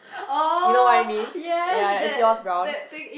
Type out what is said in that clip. you know what I mean ya ya is yours brown